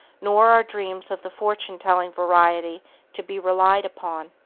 nor are dreams of the fortune-telling variety to be relied upon.